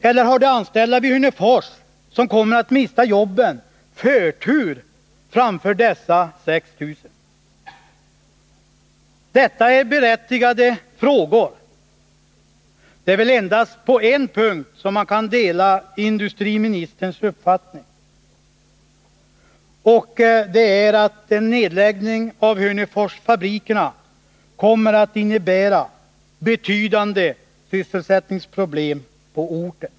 Eller har de anställda vid Hörnefors, som kommer att mista jobben, förtur framför dessa 6 000? Detta är berättigade frågor. Det är väl endast på en punkt som man kan dela industriministerns uppfattning, och det är att en nedläggning av Hörneforsfabrikerna kommer att innebära betydande sysselsättningsproblem på orten.